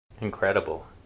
Incredible